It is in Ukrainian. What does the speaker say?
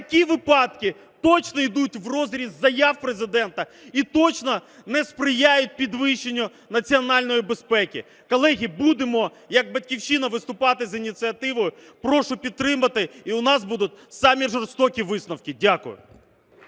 такі випадки точно йдуть врозріз заяв Президента і точно не сприяють підвищенню національної безпеки. Колеги, будемо як "Батьківщина" виступати з ініціативою, прошу підтримати, і в нас будуть самі жорстокі висновки. Дякую.